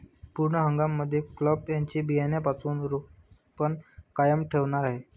पूर्ण हंगाम मध्ये क्लब त्यांचं बियाण्यापासून रोपण कायम ठेवणार आहे